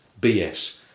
BS